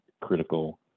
Critical